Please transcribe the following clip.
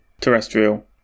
terrestrial